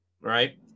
right